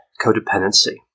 codependency